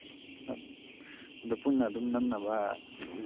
ꯑꯗꯨ ꯄꯨꯟꯅ ꯑꯗꯨꯝ ꯅꯝꯅꯕ